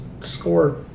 score